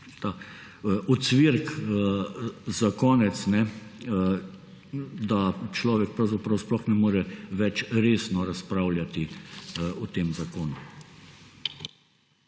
ocvirek za konec, da človek pravzaprav sploh ne more več resno razpravljati o tem zakonu.